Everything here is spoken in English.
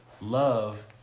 Love